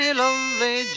lovely